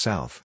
South